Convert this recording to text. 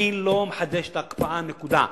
אני לא מחדש את ההקפאה, נקודה.